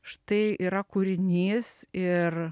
štai yra kūrinys ir